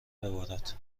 ببارد